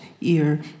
ear